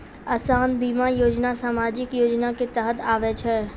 असान बीमा योजना समाजिक योजना के तहत आवै छै